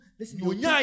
listen